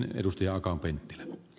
arvoisa puhemies